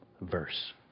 verse